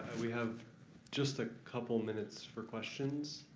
we have just a couple minutes for questions,